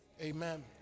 amen